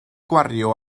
gwario